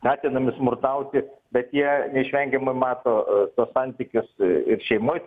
skatinami smurtauti bet jie neišvengiamai mato tuos santykius ir šeimoj